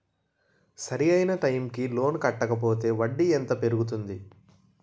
సరి అయినా టైం కి లోన్ కట్టకపోతే వడ్డీ ఎంత పెరుగుతుంది?